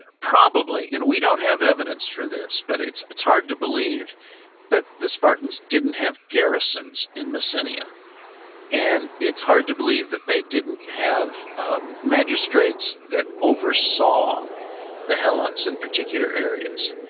ah probably, and we don't have evidence for this, but it's it's hard to believe that the spartans didn't have garrisons in messina yeah and it's hard to believe that they didn't have ah magistrates that oversaw the helots in particular areas.